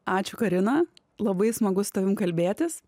ačiū karina labai smagu su tavim kalbėtis